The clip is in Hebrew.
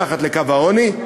מתחת לקו העוני,